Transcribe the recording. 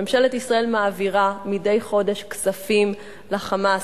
ממשלת ישראל מעבירה מדי חודש כספים ל"חמאס",